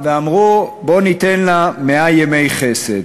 ואמרו: בואו ניתן לה מאה ימי חסד.